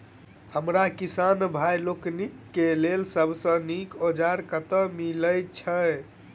हमरा किसान भाई लोकनि केँ लेल सबसँ नीक औजार कतह मिलै छै?